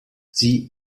sie